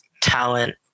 talent